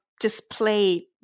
display